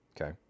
okay